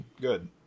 good